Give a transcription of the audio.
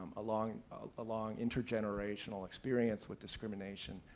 ah long ah long intergenerational experience with discrimination,